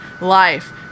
life